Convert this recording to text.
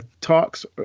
talks